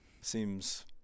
seems